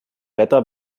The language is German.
wetter